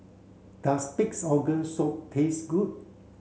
does pig's organ soup taste good